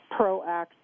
proactive